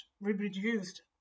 reproduced